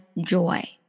joy